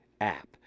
app